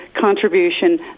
contribution